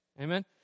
Amen